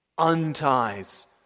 unties